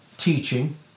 teaching